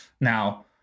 Now